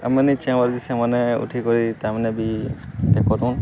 ଆମମାନେ ଚେଁବାର ଯେ ସେମାନେ ଉଠିିକରି ତାମାନେ ବି କରୁନ୍